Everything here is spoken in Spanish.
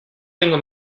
tengo